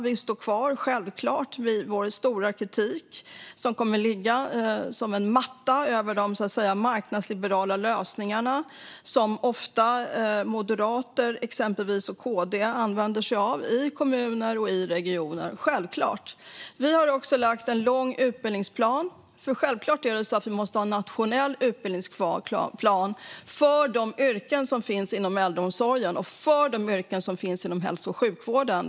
Vi står självklart fast vid vår starka kritik. Den kommer självklart att ligga som en matta över de marknadsliberala lösningar som exempelvis moderater och kristdemokrater ofta använder sig av i kommuner och regioner. Vi har vidare lagt fram en omfattande utbildningsplan. Vi måste självfallet ha en nationell utbildningsplan för de yrken som finns inom äldreomsorgen och hälso och sjukvården.